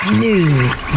news